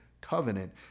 covenant